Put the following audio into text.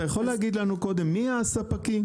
אתה יכול להגיד לנו מי הספקים?